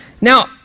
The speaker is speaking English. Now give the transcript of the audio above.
Now